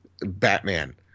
Batman